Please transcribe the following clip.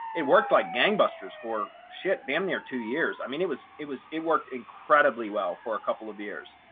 it worked like gangbusters for shit damn near two years. i mean, it was it was it worked incredibly well for a couple of years.